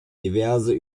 diverse